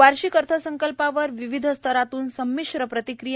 वार्षिक अर्थसंकल्पावर विविध स्तरातून संमिश्र प्रतिक्रिया